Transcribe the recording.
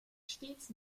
stets